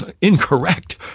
incorrect